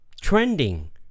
trending